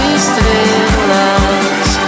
estrelas